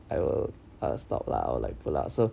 I will I will stop lah or like pull out so